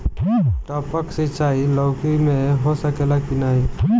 टपक सिंचाई लौकी में हो सकेला की नाही?